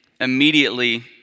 immediately